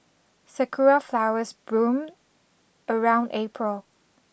sakura flowers bloom around April